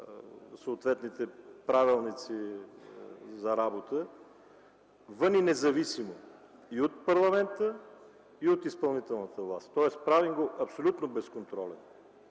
съответните правилници за работата, вън и независимо и от парламента, и от изпълнителната власт, тоест правим го абсолютно безконтролен.